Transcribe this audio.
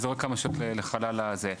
זורק כמה שאלות לחלל הזה.